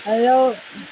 hello